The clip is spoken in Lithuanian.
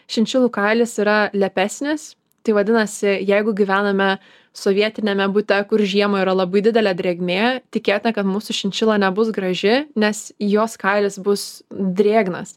šinšilų kailis yra lepesnis tai vadinasi jeigu gyvename sovietiniame bute kur žiemą yra labai didelė drėgmė tikėtina kad mūsų šinšila nebus graži nes jos kailis bus drėgnas